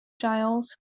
giles